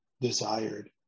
desired